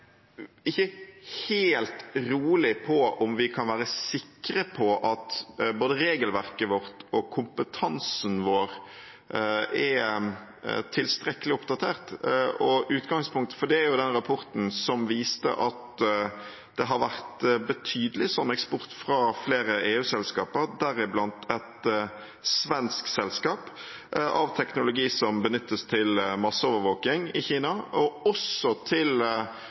ikke helt rolig med tanke på om vi kan være helt sikre på at både regelverket vårt og kompetansen vår er tilstrekkelig oppdatert. Utgangspunktet for det er den rapporten som viste at det har vært betydelig sånn eksport fra flere EU-selskaper, deriblant et svensk selskap, av teknologi som benyttes til masseovervåking i Kina og også til